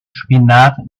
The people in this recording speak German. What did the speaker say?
spinat